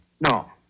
No